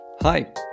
Hi